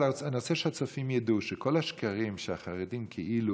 אני רוצה שהצופים ידעו שכל השקרים שהחרדים כאילו